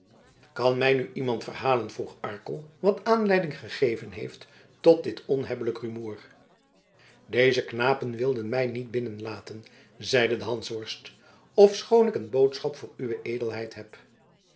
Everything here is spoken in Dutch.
kan mij nu iemand verhalen vroeg arkel wat aanleiding gegeven heeft tot dit onhebbelijk rumoer deze knapen wilden mij niet binnenlaten zeide de hansworst ofschoon ik een boodschap voor uwe edelheid heb